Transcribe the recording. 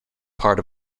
part